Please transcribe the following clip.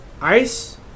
Ice